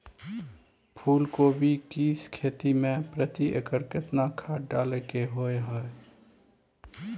फूलकोबी की खेती मे प्रति एकर केतना खाद डालय के होय हय?